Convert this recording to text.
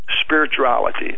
spirituality